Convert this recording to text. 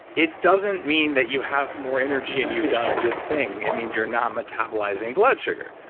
it doesn't mean that you have more energy and you've done a good thing. it means you're not metabolizing blood sugar.